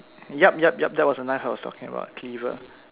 yup yup yup that was the knife I was talking about cleaver